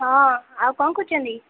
ହଁ ଆଉ କ'ଣ କରୁଛନ୍ତି